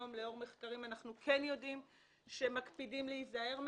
היום לאור מחקרים אנחנו כן יודעים שמקפידים להיזהר מהם.